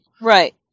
Right